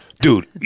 Dude